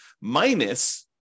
minus